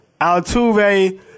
Altuve